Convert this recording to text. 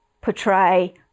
portray